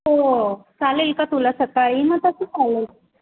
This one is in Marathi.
हो चालेल का तुला सकाळी मग तसं चालेल